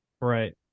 Right